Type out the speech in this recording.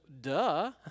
duh